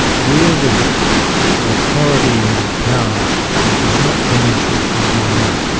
wielded authority and power which was not commensurate with their rank.